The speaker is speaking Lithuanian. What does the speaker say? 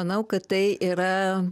manau kad tai yra